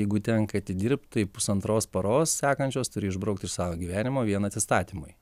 jeigu tenka atidirbt tai pusantros paros sekančios turi išbraukt iš sau gyvenimo vien atstatymui